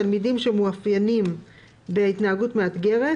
תלמידים שמאופיינים בהתנהגות מאתגרת,